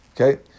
Okay